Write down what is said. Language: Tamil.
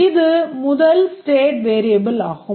இது முதல் ஸ்டேட் வேரியபிள் ஆகும்